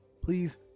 Please